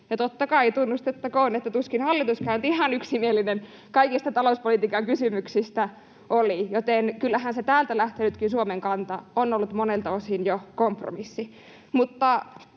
Totta kai tunnustettakoon, että tuskin hallituskaan nyt ihan yksimielinen kaikista talouspolitiikan kysymyksistä oli, joten kyllähän se täältäkin lähtenyt Suomen kanta on ollut monelta osin jo kompromissi.